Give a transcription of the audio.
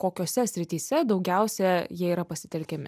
kokiose srityse daugiausia jie yra pasitelkiami